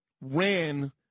ran